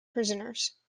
prisoners